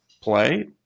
play